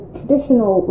traditional